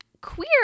queer